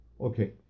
Okay